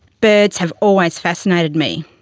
birds have always fascinated me,